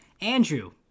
Andrew